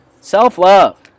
Self-love